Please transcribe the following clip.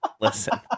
listen